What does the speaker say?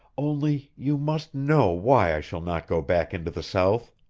only, you must know why i shall not go back into the south.